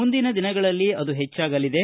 ಮುಂದಿನ ದಿನಗಳಲ್ಲಿ ಅದು ಹೆಚ್ಚಾಗಲಿದೆ